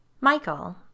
Michael